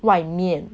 外面